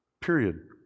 Period